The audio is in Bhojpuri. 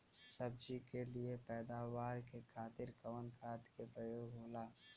सब्जी के लिए पैदावार के खातिर कवन खाद के प्रयोग होला?